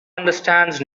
understands